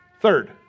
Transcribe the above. Third